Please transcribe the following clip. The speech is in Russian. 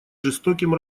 жестоким